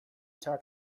tag